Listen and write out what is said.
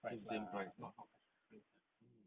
same same price ah mm